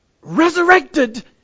resurrected